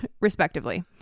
respectively